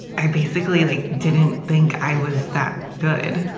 i basically like didn't think i was that good.